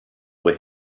were